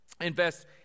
Invest